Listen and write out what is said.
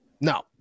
no